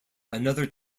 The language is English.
another